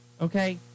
Okay